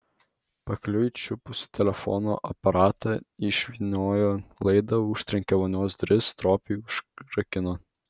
pakeliui čiupusi telefono aparatą išvyniojo laidą užtrenkė vonios duris stropiai užrakino